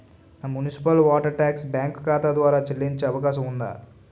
నా municipal water tax bank ఖాతా ద్వారా చెల్లించే అవకాశం ఉందా?